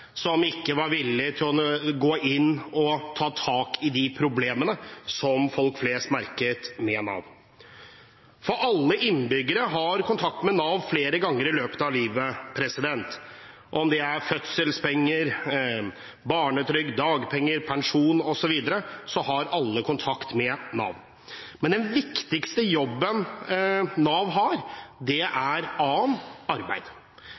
som ikke var villige til å gå inn og ta tak i de problemene som folk flest merket med Nav. Alle innbyggere har kontakt med Nav flere ganger i løpet av livet. Om det er fødselspenger, barnetrygd, dagpenger, pensjon osv., så har alle kontakt med Nav. A står for arbeid, og den viktigste jobben Nav har, er å sørge for å hjelpe mennesker tilbake i arbeid.